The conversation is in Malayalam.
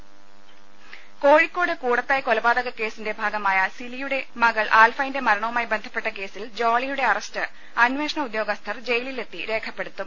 ലലലലലലലലലലലല കോഴിക്കോട് കൂടത്തായ് കൊലപാതക കേസിന്റെ ഭാഗമായി സിലിയുടെ മകൾ ആൽഫൈന്റെ മരണവുമായി ബന്ധപ്പെട്ട കേസിൽ ജോളിയുടെ അറസ്റ്റ് അന്വേഷണ ഉദ്യോഗസ്ഥർ ജയിലിൽ എത്തി രേഖപ്പെടുത്തും